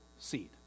seed